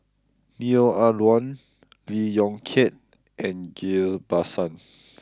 Neo Ah Luan Lee Yong Kiat and Ghillie Basan